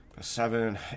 Seven